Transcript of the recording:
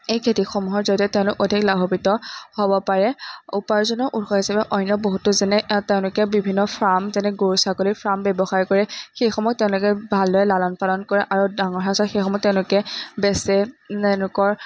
এই খেতিসমূহৰ জৰিয়তে তেওঁলোক অধিক লাভান্বিত হ'ব পাৰে উপাৰ্জনৰ উৎস হিচাপে অন্য বহুতো যেনে তেওঁলোকে বিভিন্ন ফ্ৰাম যেনে গৰু ছাগলীৰ ফ্ৰাম ব্যৱসায় কৰে সেইসমূহ তেওঁলোকে ভালদৰে লালন পালন কৰে আৰু ডাঙৰ হোৱাৰ পাছত সেইসমূহ তেওঁলোকে বেচে তেওঁলোকৰ